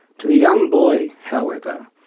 to the young boy, however,